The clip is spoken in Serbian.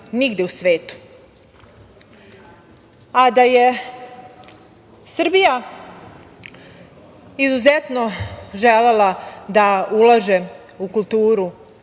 nigde u svetu, a da je Srbija izuzetno želela da ulaže u kulturu,